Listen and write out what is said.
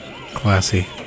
Classy